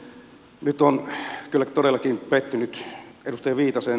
nyt olen kyllä todellakin pettynyt edustaja viitaseen